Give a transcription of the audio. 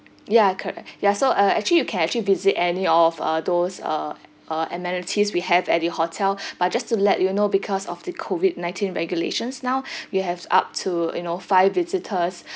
ya correct ya so uh actually you can actually visit any of uh those uh uh amenities we have at the hotel but just to let you know because of the COVID nineteen regulations now we have up to you know five visitors